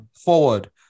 forward